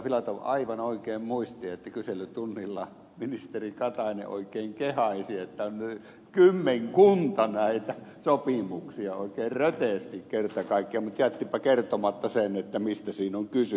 filatov aivan oikein muisti että kyselytunnilla ministeri katainen oikein kehaisi että on kymmenkunta näitä sopimuksia oikeen röteesti kerta kaikkiaan mutta jättipä kertomatta sen mistä siinä on kysymys